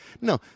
no